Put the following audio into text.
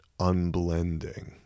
unblending